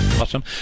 Awesome